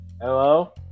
Hello